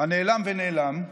הנעלם ונאלם,